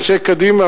אנשי קדימה,